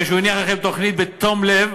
מפני שהוא הניח לכם תוכנית בתום לב,